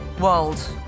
world